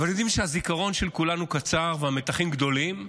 יודעים שהזיכרון של כולנו קצר, והמתחים גדולים,